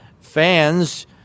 Fans